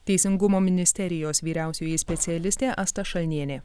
teisingumo ministerijos vyriausioji specialistė asta šalnienė